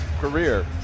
career